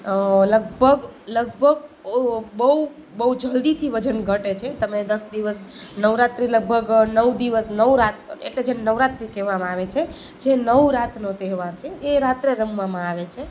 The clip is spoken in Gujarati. લગભગ લગભગ બહુ બહુ જલ્દીથી વજન ઘટે છે તમે દસ દિવસ નવરાત્રિ લગભગ નવ દિવસ નવ રાત એટલે જે નવરાત્રિ કહેવામાં આવે છે જે નવ રાતનો તહેવાર છે એ રાત્રે રમવામાં આવે છે